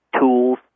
tools